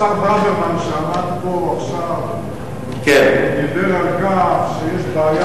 השר ברוורמן שעמד פה עכשיו דיבר על כך שיש בעיה